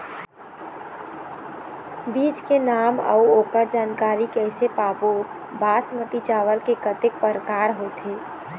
बीज के नाम अऊ ओकर जानकारी कैसे पाबो बासमती चावल के कतेक प्रकार होथे?